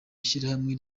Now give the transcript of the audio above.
ishyirahamwe